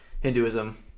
Hinduism